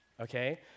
Okay